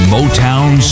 Motown